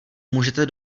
můžete